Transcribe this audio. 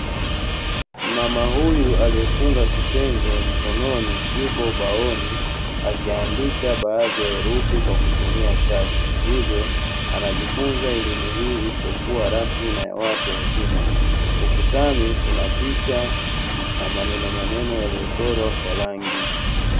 Mama huyu aliyefunga kitenge kiunoni yuko ubaoni akiandika baadhi ya herufi kwa kutumia chaki hivyo anajifunza elimu hii isiyokuwa rasmi na ya watu wazima. Ukutani kuna picha na maneno maneno yaliyochorwa kwa rangi.